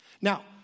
Now